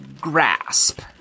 grasp